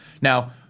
Now